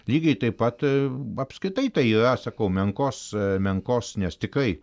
lygiai taip pat apskritai tai yra sakau menkos menkos nes tikrai